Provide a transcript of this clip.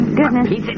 Goodness